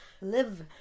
live